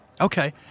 Okay